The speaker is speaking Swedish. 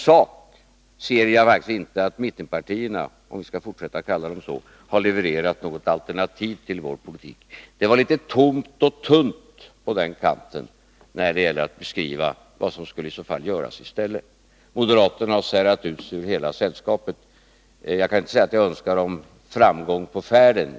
Jag ser verkligen inte att mittenpartierna — om vi skall fortsätta kalla dem så — i sak har levererat något alternativ till vår politik. Det var litet tomt och tunt på den kanten när det gällde att beskriva vad som skulle göras i stället för det vi föreslår. Moderaterna har särat ut sig ur hela sällskapet. Jag kan inte säga att jag önskar dem framgång på färden.